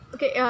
Okay